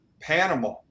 Panama